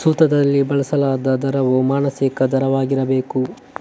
ಸೂತ್ರದಲ್ಲಿ ಬಳಸಲಾದ ದರವು ಮಾಸಿಕ ದರವಾಗಿರಬೇಕು